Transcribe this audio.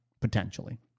Potentially